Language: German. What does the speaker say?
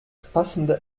passende